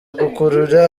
gukurura